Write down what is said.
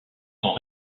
sont